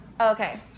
Okay